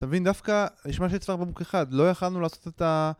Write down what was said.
אתה מבין דווקא נשמע שצוואר בקבוק אחד, לא יכלנו לעשות את ה...